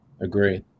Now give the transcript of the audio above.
agree